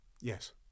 Yes